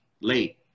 late